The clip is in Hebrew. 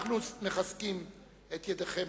אנחנו מחזקים את ידיכם,